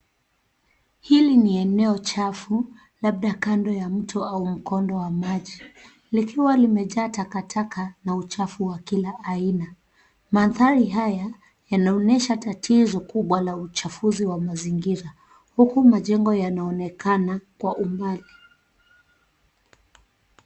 Hili ni eneo chafu labda kando ya mto au mkondo wa maji likiwa limejaa takataka na uchafu wa kila aina. Mandhari haya yanaonyesha tatizo kubwa la uchafuzi wa mazingira huku majengo yanaonekana kwa umbali.